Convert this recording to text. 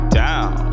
down